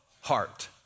heart